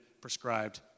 prescribed